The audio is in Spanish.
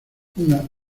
una